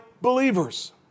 believers